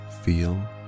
feel